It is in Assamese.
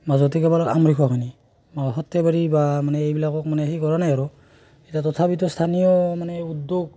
মাজতে কেৱল আমলিখোৱাখিনি আমাৰ সৰ্থেবাৰী বা মানে এইবিলাকক মানে হেৰি কৰা নাই আৰু এতিয়া তথাপিতো স্থানীয় মানে উদ্যোগ